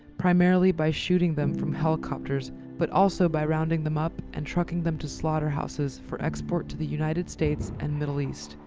primarily by shooting them from helicopters but also by rounding them up and trucking them to slaughterhouses for export to the united states and middle east,